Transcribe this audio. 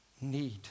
need